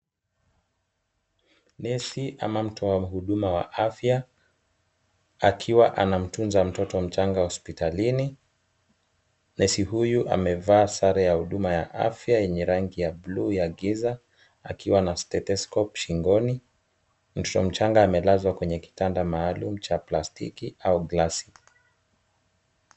nesi ama mtoa huduma wa afya akiwa anamtunza mtoto michanga hospitalini. Nesi huyu amevaa sare a huduma ya afya yenye rangi ya buluu ya giza, akiwa na stethoscope shingoni. Mtoto michanga amelazwa kwenye kitanda maalumu cha plastiki au glasi.